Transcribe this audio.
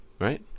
Right